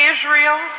Israel